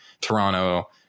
Toronto